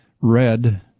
Red